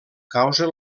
causa